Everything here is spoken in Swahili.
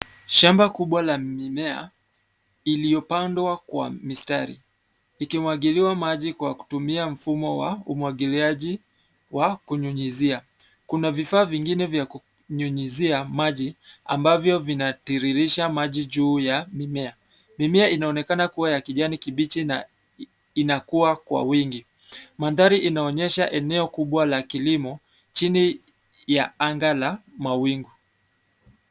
Shamba kubwa la mimea iliyopandwa kwa mistari ikimwagiliwa maji kwa kutumia mfumo wa umwagiliaji wa kunyunyuzia. Kuna vifaa vingine vya kunyunyuzia maji ambavyo vinatiririsha maji juu ya mimea. Mimea inaonekana kuwa ya kijani kibichi na inakua kwa wingi. Mandhari inaonyesha eneo kubwa la kilimo, chini ya anga la mawingu.